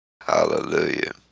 Hallelujah